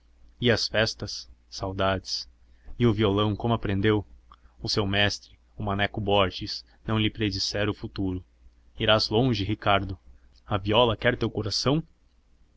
e as festas saudades e o violão como aprendeu o seu mestre o maneco borges não lhe predissera o futuro irás longe ricardo a viola a viola quer teu coração